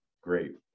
Great